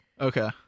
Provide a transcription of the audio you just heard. Okay